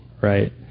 right